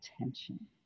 attention